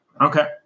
Okay